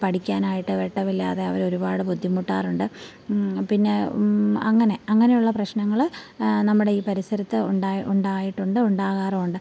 പഠിക്കാനായിട്ട് വെട്ടമില്ലാതെ അവർ ഒരുപാട് ബുദ്ധിമുട്ടാറുണ്ട് പിന്നെ അങ്ങനെ അങ്ങനെയുള്ള പ്രശ്നങ്ങൾ നമ്മുടെ ഈ പരിസരത്ത് ഉണ്ടായി ഉണ്ടായിട്ടുണ്ട് ഉണ്ടാകാറുമുണ്ട്